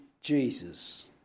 Jesus